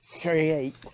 create